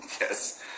yes